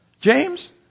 James